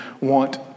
want